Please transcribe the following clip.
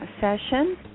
session